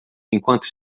enquanto